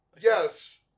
Yes